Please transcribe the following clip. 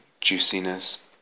juiciness